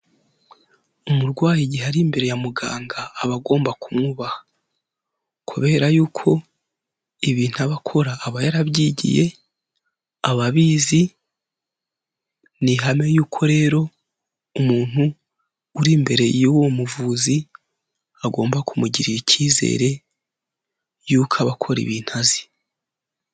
Umurwayi igihe ari imbere ya muganga, aba agomba kumwubaha kubera y'uko ibintu aba akora aba yarabyigiye, aba abizi, ni ihame rero umuntu uri imbere y'uwo muvuzi agomba kumugirira icyizere y'uko aba akora ibintu azi.